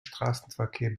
straßenverkehr